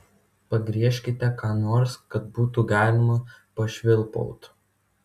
pagriežkite ką nors kad būtų galima pašvilpauti